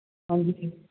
ਹਾਂ ਜੀ ਠੀਕ